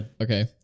Okay